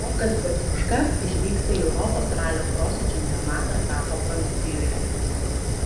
rokas baciuška išvyksta į europos ralio kroso čempionato etapą prancūzijoje